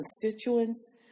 constituents